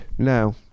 now